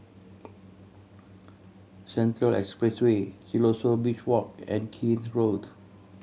Central Expressway Siloso Beach Walk and Keene Road